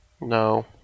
No